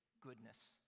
goodness